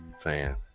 fan